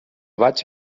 vaig